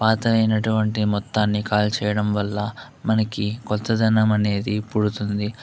పాత అయినటువంటి మొత్తాన్ని కాల్చేయటం వల్ల మనకి కొత్తదనం అనేది పుడుతుంది